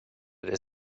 det